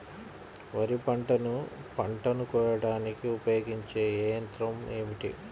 వరిపంటను పంటను కోయడానికి ఉపయోగించే ఏ యంత్రం ఏమిటి?